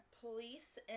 police